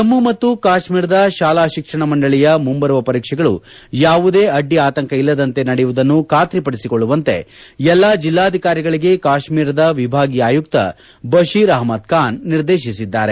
ಜಮ್ನು ಮತ್ತು ಕಾಶ್ನೀರದ ಶಾಲಾ ಶಿಕ್ಷಣ ಮಂಡಳಿಯ ಮುಂಬರುವ ಪರೀಕ್ಷೆಗಳು ಯಾವುದೇ ಅಡ್ಡಿ ಆತಂಕ ಇಲ್ಲದಂತೆ ನಡೆಯುವುದನ್ನು ಖಾತ್ರಿ ಪಡಿಸಿಕೊಳ್ಳುವಂತೆ ಎಲ್ಲಾ ಜಿಲ್ಲಾಧಿಕಾರಿಗಳಿಗೆ ಕಾತ್ನೀರದ ವಿಭಾಗೀಯ ಆಯುಕ್ತ ಬಶೀರ್ ಅಷ್ಲದ್ ಖಾನ್ ನಿರ್ದೇತಿಸಿದ್ದಾರೆ